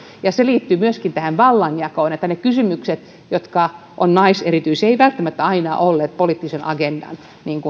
ja se liittyy myöskin tähän vallanjakoon että ne kysymykset jotka ovat naiserityisiä eivät välttämättä aina ole olleet poliittisen agendan